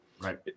Right